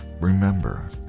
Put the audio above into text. Remember